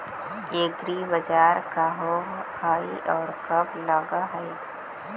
एग्रीबाजार का होब हइ और कब लग है?